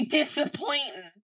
disappointing